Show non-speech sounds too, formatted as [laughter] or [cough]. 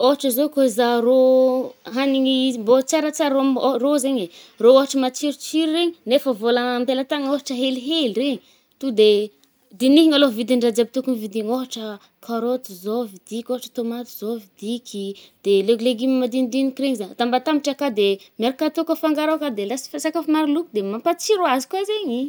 Ôhatra zao kô izaha rô [hesitation] hanigny izy bô tsaratsara ômb [hesitation] -rô zaigny e. rô ôhatra matsirotsiro i, nefa vôla [hesitation] am-pelatanagna ôhatra helihely re. To de [hesitation] dinihigna alô vidin’ny raha jiaby tokogny vidigna, ôhatra [hesitation] karôty zao vidiko, ôhatra tômaty zao vidiky i, de [hesitation] lég-légume madinidiniky regny zagny, atambatambatra akao de [hesitation] miaraka atao kô fangaro akao de lasa fô-sakafo maroloko de [hesitation] mampatsiro azy koà zaigny i.